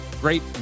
great